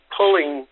pulling